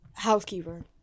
Housekeeper